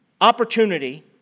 opportunity